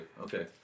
okay